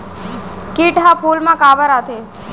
किट ह फूल मा काबर आथे?